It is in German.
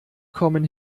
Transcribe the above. kommen